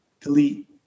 delete